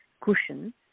cushion